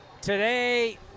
today